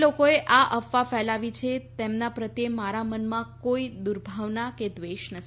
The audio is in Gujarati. જે લોકોએ આ અફવા ફેલાવી છે તેમના પ્રત્યે મારા મનમાં કો દુર્ભાવના અથવા દ્વેષ નથી